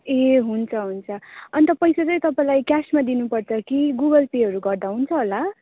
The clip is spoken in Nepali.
ए हुन्छ हुन्छ अन्त पैसा चाहिँ तपाईँलाई क्यासमा दिनुपर्छ कि गुगल पेहरू गर्दा हुन्छ होला